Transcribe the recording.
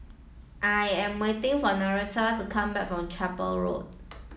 I am waiting for Nannette to come back from Chapel Road